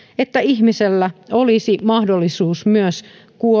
että ihmisellä olisi mahdollisuus myös